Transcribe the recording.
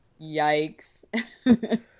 Yikes